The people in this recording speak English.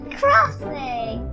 crossing